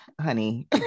honey